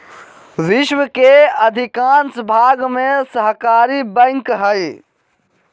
विश्व के अधिकांश भाग में सहकारी बैंक हइ